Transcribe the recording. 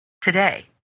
today